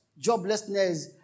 joblessness